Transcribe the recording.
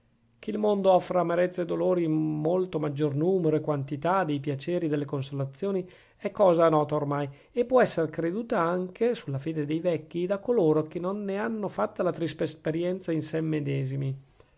che il mondo offra amarezze e dolori in molto maggior numero e quantità dei piaceri e delle consolazioni è cosa nota oramai e può esser creduta anche sulla fede dei vecchi da coloro che non ne hanno fatta la triste esperienza in sè medesimi